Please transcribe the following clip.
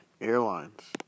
Airlines